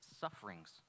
sufferings